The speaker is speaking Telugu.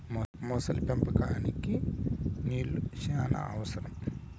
మొసలి పెంపకంకి నీళ్లు శ్యానా అవసరం